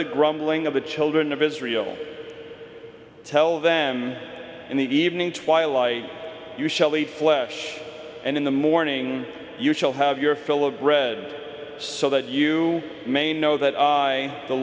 the grumbling of the children of israel tell them in the evening twilight you shall eat flesh and in the morning you shall have your fill of bread so that you may know that i the